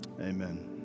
amen